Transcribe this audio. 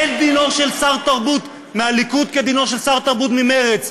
אין דינו של שר תרבות מהליכוד כדינו של שר תרבות ממרצ.